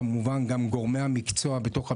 כמובן גם גורמי המקצוע בתוך המשרד,